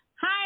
Hi